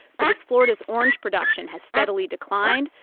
but as florida's orange production has steadily declined,